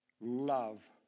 love